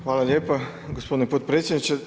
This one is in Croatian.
Hvala lijepa gospodine potpredsjedniče.